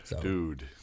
dude